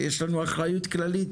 יש לנו אחריות כללית,